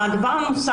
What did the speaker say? (היו"ר מרב מיכאלי)